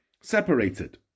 separated